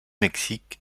mexique